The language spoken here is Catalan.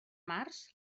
març